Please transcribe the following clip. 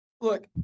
Look